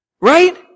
right